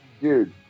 dude